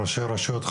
ראשי הרשויות,